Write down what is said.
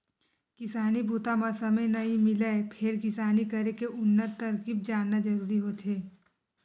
किसानी बूता म समे नइ मिलय फेर किसानी करे के उन्नत तरकीब जानना जरूरी होथे